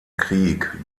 krieg